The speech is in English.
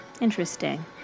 Interesting